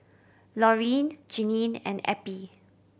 Lorene Jeanine and Eppie